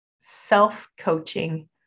self-coaching